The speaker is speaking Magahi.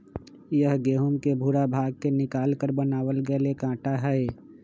यह गेहूं के भूरा भाग के निकालकर बनावल गैल एक आटा हई